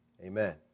amen